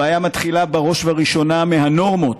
הבעיה מתחילה בראש וראשונה בנורמות